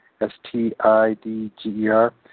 S-T-I-D-G-E-R